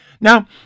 Now